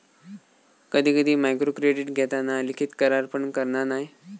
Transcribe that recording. कधी कधी मायक्रोक्रेडीट घेताना लिखित करार पण करना नाय